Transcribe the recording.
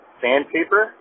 sandpaper